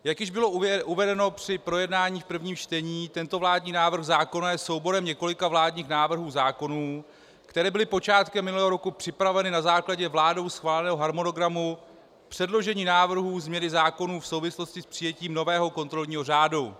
Jak již bylo uvedeno při projednání v prvním čtení, tento vládní návrh zákona je souborem několika vládních návrhů zákonů, které byly počátkem minulého roku připraveny na základě vládou schváleného harmonogramu předložení návrhů změny zákonů v souvislosti s přijetím nového kontrolního řádu.